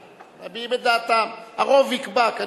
טוב, חבר הכנסת, רק חוק טל.